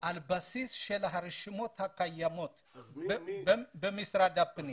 על בסיס של הרשימות הקיימות במשרד הפנים.